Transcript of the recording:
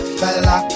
fella